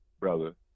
brother